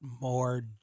more